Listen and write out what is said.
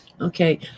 Okay